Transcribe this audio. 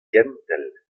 gentel